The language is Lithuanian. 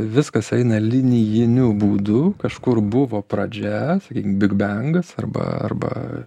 viskas eina linijiniu būdu kažkur buvo pradžia bigbengas arba arba